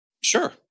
sure